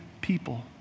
people